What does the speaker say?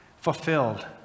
fulfilled